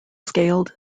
scaled